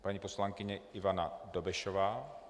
Paní poslankyně Ivana Dobešová.